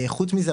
חוץ מזה,